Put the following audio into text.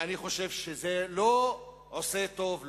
ואני חושב שזה לא עושה טוב,